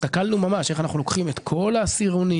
הסתכלנו איך אנחנו לוקחים את כל העשירונים,